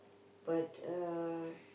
but uh